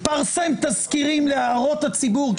פרסם תזכירים להערות הציבור,